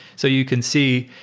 so you can see,